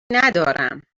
ندارم